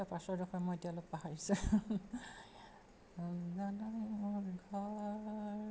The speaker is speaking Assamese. তাৰ পাছৰডখৰ মই এতিয়া অলপ পাহৰিছোঁ না না মোৰ ঘৰ